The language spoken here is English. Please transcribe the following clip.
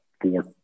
four